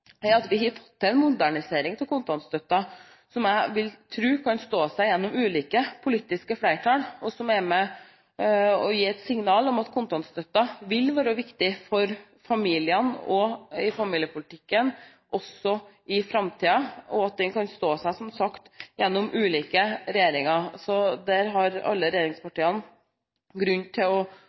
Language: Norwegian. at vi har fått til en modernisering av kontantstøtten som jeg vil tro kan stå seg gjennom ulike politiske flertall, og som er med på å gi et signal om at kontantstøtten vil være viktig for familiene og familiepolitikken også i framtiden. Den kan som sagt stå seg gjennom ulike regjeringer. Så alle regjeringspartier har grunn til å være stolte over at man har fått til